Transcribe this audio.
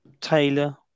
Taylor